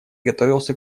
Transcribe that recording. готовился